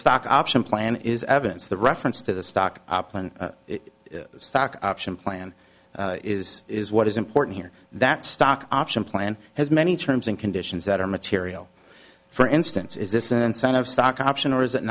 stock option plan is evidence the reference to the stock option stock option plan is is what is important here that stock option plan has many terms and conditions that are material for instance is this an incentive stock option or is it